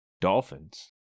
Dolphins